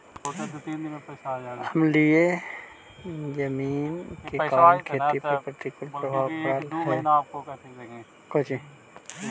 अम्लीय जमीन के कारण खेती पर प्रतिकूल प्रभाव पड़ऽ हइ